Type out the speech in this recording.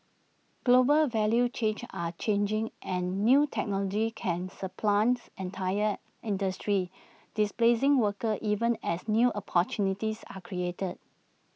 global value chains are changing and new technologies can supplants entire industries displacing workers even as new opportunities are created